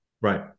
Right